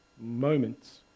moments